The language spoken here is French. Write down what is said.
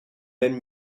même